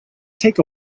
take